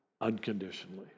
unconditionally